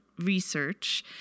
research